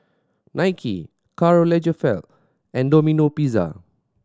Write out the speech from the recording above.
Nike Karl Lagerfeld and Domino Pizza